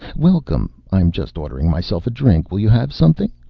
welcome! i'm just ordering myself a drink. will you have something?